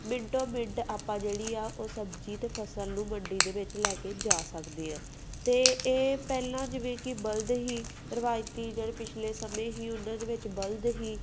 ਮਿੰਟੋ minute ਆਪਾਂ ਜਿਹੜੀ ਆ ਉਹ ਸਬਜ਼ੀ ਅਤੇ ਫ਼ਸਲ ਨੂੰ ਮੰਡੀ ਦੇ ਵਿੱਚ ਲੈ ਕੇ ਜਾ ਸਕਦੇ ਹਾਂ ਅਤੇ ਇਹ ਪਹਿਲਾਂ ਜਿਵੇਂ ਕਿ ਬਲਦ ਹੀ ਰਵਾਇਤੀ ਜਿਹੜੇ ਪਿਛਲੇ ਸਮੇਂ ਸੀ ਉਹਨਾਂ ਦੇ ਵਿੱਚ ਬਲਦ ਸੀ